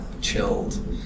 chilled